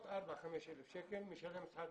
גבירותיי ורבותיי, חברות וחברי כנסת